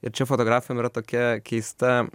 ir čia fotografam yra tokia keista